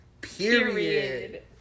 Period